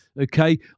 okay